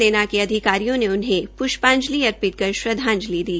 सैना के अधिकारियों ने उन्हें प्रष्पांजनि अर्पित कर श्रद्वांजलि दी